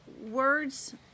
words